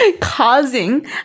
Causing